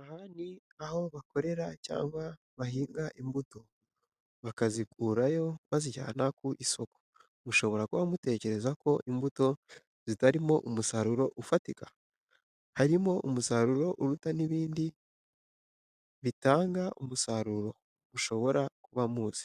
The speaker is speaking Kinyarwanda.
Aha ni aho bakorera cyangwa bahinga imbuto bakazikurayo bazijyana ku isoko, mushobora kuba mutekereza ko imbuto zitarimo umusaruro ufatika? Harimo umusaruro uruta n'ibindi bitanga umusaruro mushobora kuba muzi,